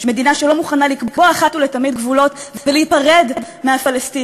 מדינה שלא מוכנה לקבוע אחת ולתמיד גבולות ולהיפרד מהפלסטינים,